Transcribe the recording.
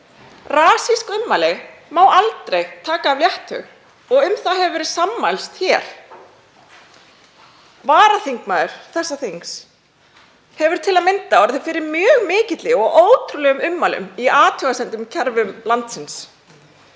Rasískum ummælum má aldrei taka af léttúð og um það hefur verið sammælst. Varaþingmaður þessa þings hefur til að mynda orðið fyrir mjög miklum og ótrúlegum ummælum í athugasemdakerfum landsins.